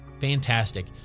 Fantastic